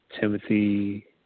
Timothy